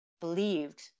believed